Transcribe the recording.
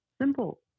Simple